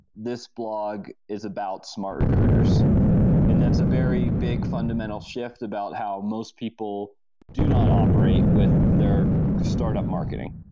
this blog is about smart recruiters and that's a very big fundamental shift about how most people do not operate with their startup marketing.